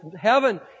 heaven